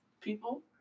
people